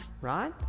right